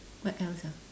what else ah